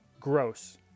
Gross